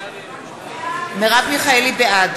בעד